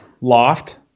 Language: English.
loft